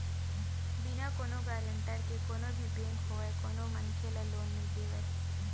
बिना कोनो गारेंटर के कोनो भी बेंक होवय कोनो मनखे ल लोन नइ देवय